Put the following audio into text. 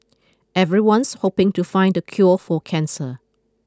everyone's hoping to find the cure for cancer